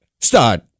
start